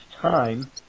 time